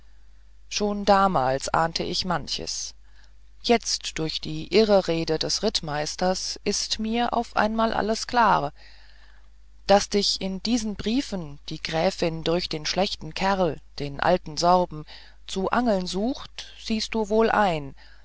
schon damals ahnte ich manches jetzt durch die irrereden des rittmeisters ist mir auf einmal alles klar daß dich in diesen briefen die gräfin durch den schlechten kerl den alten sorben zu angeln sucht siehst du wohl ein